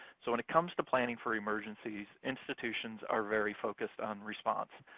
so when it comes to planning for emergencies, institutions are very focused on response,